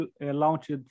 launched